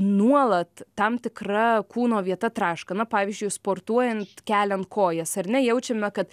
nuolat tam tikra kūno vieta traška na pavyzdžiui sportuojant keliant kojas ar ne jaučiame kad